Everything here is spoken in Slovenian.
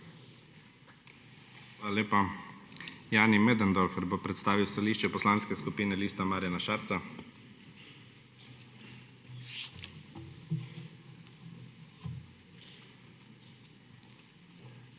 Hvala lepa. Jani Möderndorfer bo predstavil stališče Poslanske skupine Lista Marjana Šarca. JANI